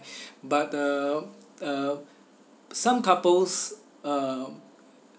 but uh uh some couples um